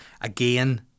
again